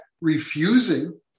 refusing